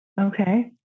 Okay